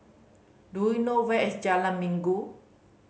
do you know where is Jalan Minggu